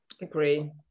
Agree